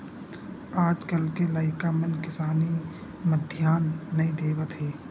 आज कल के लइका मन किसानी म धियान नइ देवत हे